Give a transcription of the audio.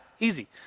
easy